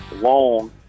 long